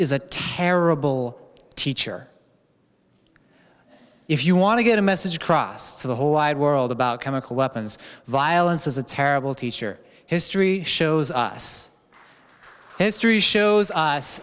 is a terrible teacher if you want to get a message across to the whole wide world about chemical weapons violence is a terrible teacher history shows us history shows us